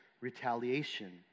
retaliation